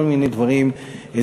כל מיני דברים אזרחיים,